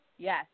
Yes